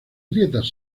grietas